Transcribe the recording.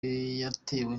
yatewe